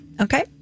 okay